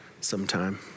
sometime